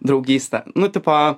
draugystę nu tipo